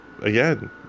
again